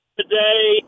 today